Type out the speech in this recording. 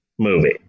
Movie